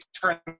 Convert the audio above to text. turn